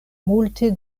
multe